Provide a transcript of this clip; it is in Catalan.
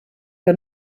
que